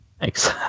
Thanks